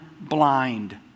Blind